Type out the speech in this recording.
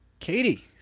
Katie